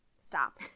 Stop